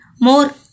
more